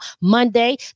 Monday